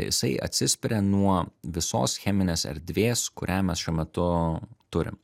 jisai atsispiria nuo visos cheminės erdvės kurią mes šiuo metu turim